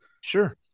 sure